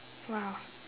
!wow!